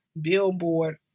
Billboard